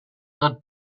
der